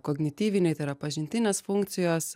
kognityviniai tai yra pažintinės funkcijos